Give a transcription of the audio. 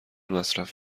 مصرف